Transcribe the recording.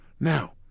Now